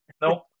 Nope